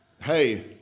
hey